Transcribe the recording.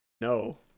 No